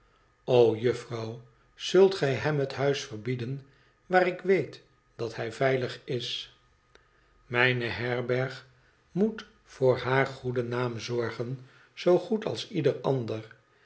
juffrouw zult gij hem het huis verbieden waar ik weet dat hij veilig is mijne herberg moet voor haar goeden naam zorgen zoo goed als ieder ander